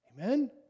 Amen